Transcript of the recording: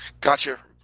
Gotcha